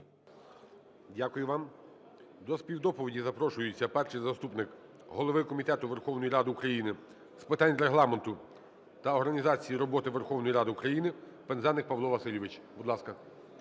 Дякую вам. До співдоповіді запрошується перший заступник голови Комітету Верховної Ради України з питань Регламенту та організації роботи Верховної Ради України Пинзеник Павло Васильович, будь ласка.